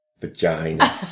Vagina